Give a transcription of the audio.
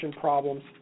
problems